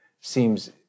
seems